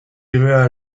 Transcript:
behar